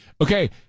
Okay